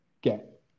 get